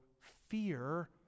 fear